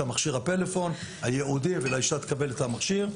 מכשיר הפלאפון הייעודי והאישה תקבל את המכשיר,